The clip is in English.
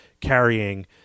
carrying